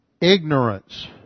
ignorance